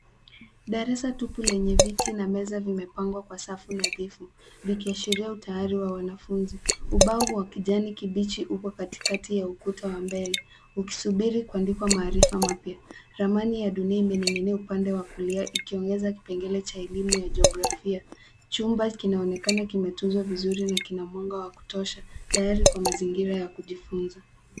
Darasa tupu lenye viti na meza vimeongwa kwa safu nadhifu vikiashiria utayari wa wanafunzi, ubao wa kijani kibichi uko katikati ya ukuta wa mbele, ukisubiri kuandikwa maarifa mapya, ramani ya dunia imening'inia upande wa kulia, ikiongeza kipengele cha elimu ya jeografia, chumba kinaonekana kimetuzwa vizuri na kina mwanga wa kutosha, tayari kwa mazingira ya kujifunza.